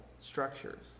structures